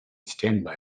standby